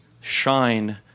shine